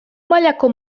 mailako